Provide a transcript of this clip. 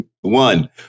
One